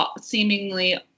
seemingly